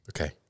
Okay